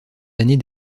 années